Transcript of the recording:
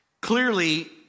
Clearly